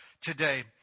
today